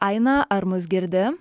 aina ar mus girdi